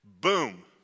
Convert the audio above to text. Boom